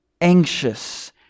anxious